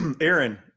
Aaron